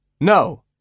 No